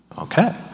okay